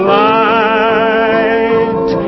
light